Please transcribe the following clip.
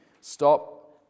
stop